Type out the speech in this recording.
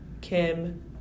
Kim